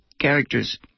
characters